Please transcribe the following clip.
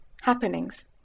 happenings